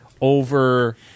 over